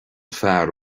fear